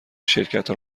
شرکتها